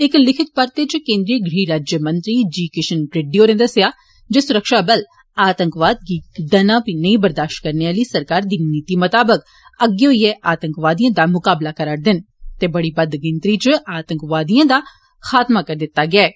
इक लिखित परते च केंद्री गृह राज्यमंत्री जी किशन रेड्डी होरें दस्सेया जे सुरक्षाबल आतंकवाद गी दना बरदाश्त नेई करने दी सरकार दी नीति मताबक अग्गे होईए आतंकवादिए दा मुकाबला करै करदे न ते बड़ी बद्द गिनत्री च आतंकवादिएं दा खात्मा करी दित्ता गेआ ऐ